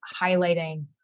highlighting